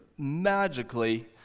Magically